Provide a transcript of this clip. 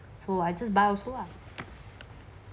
so I just buy also lah